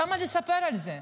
למה לספר על זה?